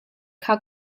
kha